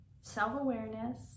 self-awareness